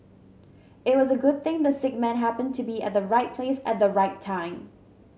it was a good thing the sick man happened to be at the right place at the right time